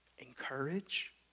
encourage